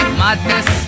madness